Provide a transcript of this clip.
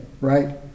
right